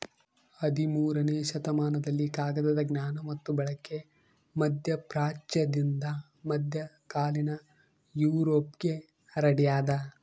ಹದಿಮೂರನೇ ಶತಮಾನದಲ್ಲಿ ಕಾಗದದ ಜ್ಞಾನ ಮತ್ತು ಬಳಕೆ ಮಧ್ಯಪ್ರಾಚ್ಯದಿಂದ ಮಧ್ಯಕಾಲೀನ ಯುರೋಪ್ಗೆ ಹರಡ್ಯಾದ